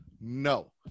No